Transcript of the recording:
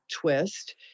twist